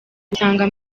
gusanga